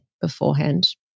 beforehand